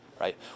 right